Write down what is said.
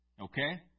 Okay